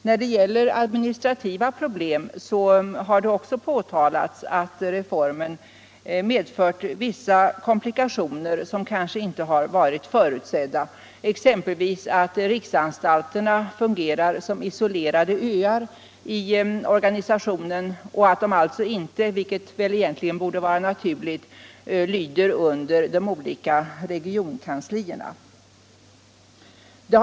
När det gäller de administrativa problemen har det också påtalats att reformen medfört vissa komplikationer som kanske inte har varit förutsedda, exempelvis att riksanstalterna fungerar som isolerade öar i organisationen och att de inte — vilket egentligen borde vara naturligt — lyder under de olika regionkanslierna.